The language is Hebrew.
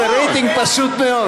זה רייטינג פשוט מאוד.